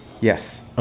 Yes